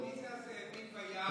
מי זה "הזאבים ביער"?